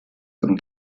und